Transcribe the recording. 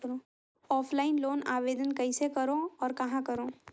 Offline loan आवेदन कइसे करो और कहाँ करो?